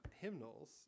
hymnals